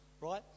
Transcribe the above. Right